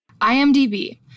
IMDb